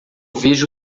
vejo